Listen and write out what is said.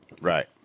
Right